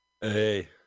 Hey